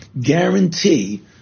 guarantee